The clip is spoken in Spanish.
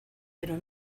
pero